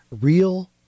real